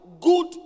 good